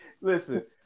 Listen